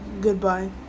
goodbye